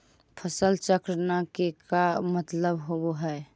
फसल चक्र न के का मतलब होब है?